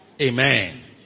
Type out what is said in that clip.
Amen